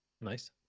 nice